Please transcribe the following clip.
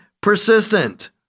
persistent